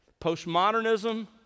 Postmodernism